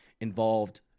involved